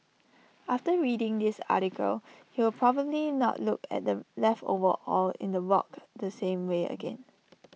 after reading this article you will probably not look at the leftover oil in the wok the same way again